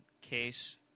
case